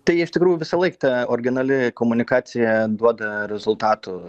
tai iš tikrųjų visąlaik ta originali komunikacija duoda rezultatų